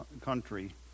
country